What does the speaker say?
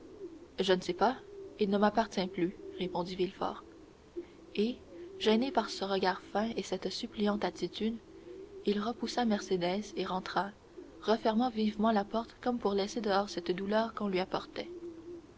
je ne sais il ne m'appartient plus répondit villefort et gêné par ce regard fin et cette suppliante attitude il repoussa mercédès et rentra refermant vivement la porte comme pour laisser dehors cette douleur qu'on lui apportait